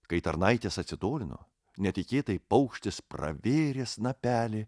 kai tarnaitės atsitolino netikėtai paukštis pravėrė snapelį